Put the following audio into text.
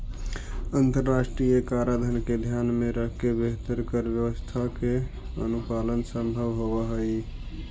अंतरराष्ट्रीय कराधान के ध्यान में रखके बेहतर कर व्यवस्था के अनुपालन संभव होवऽ हई